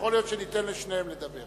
ויכול להיות שניתן לשניהם לדבר